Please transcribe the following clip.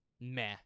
meh